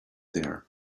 there